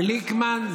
גליקמן.